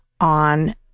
on